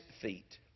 feet